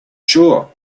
sure